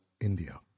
India